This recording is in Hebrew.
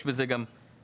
יש בזה גם אשראי.